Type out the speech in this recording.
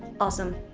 awesome.